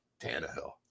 Tannehill